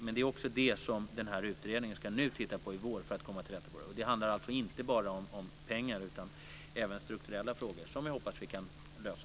Men det är också det som den här utredningen ska titta på nu i vår för att komma till rätta med saken. Det handlar alltså inte bara om pengar utan även om strukturella frågor som jag hoppas att vi kan lösa.